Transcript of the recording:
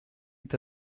est